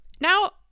Now